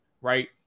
right